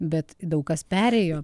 bet daug kas perėjo